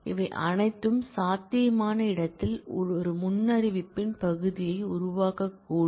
இவை அனைத்தும் சாத்தியமான இடத்தில் ஒரு முன்னறிவிப்பின் பகுதியை உருவாக்கக்கூடும்